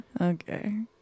Okay